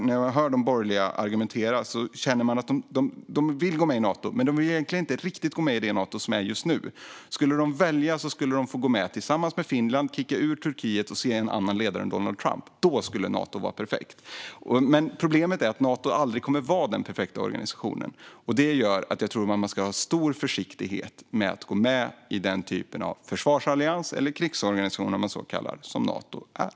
När de borgerliga argumenterar hör man att de vill gå med i Nato, men de vill egentligen inte riktigt gå med i det Nato som finns just nu. Fick de välja skulle de gå med tillsammans Finland, kicka ut Turkiet och se en annan ledare än Donald Trump - då skulle Nato vara perfekt. Men problemet är att Nato aldrig kommer att vara den perfekta organisationen, och det gör att jag tror att man ska vara mycket försiktig med att gå med i den typen av försvarsallians eller krigsorganisation, om man så vill kalla den, som Nato är.